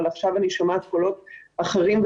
אבל עכשיו אני שומעת קולות אחרים.